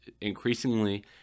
increasingly